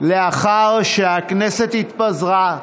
לאחר שהכנסת התפזרה,